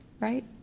right